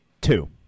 Two